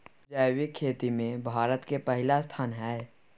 जैविक खेती में भारत के पहिला स्थान हय